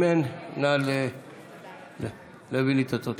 אם אין, נא להביא לי את התוצאות.